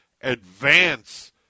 advance